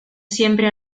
siempre